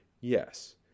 Yes